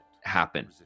happen